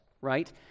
right